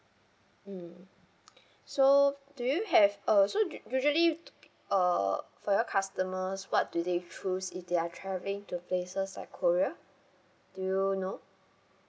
mm so do you have uh so usu~ usually uh for your customers what do they choose if they are travelling to places like korea do you know